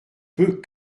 peux